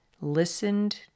listened